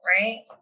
right